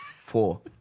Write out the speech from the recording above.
Four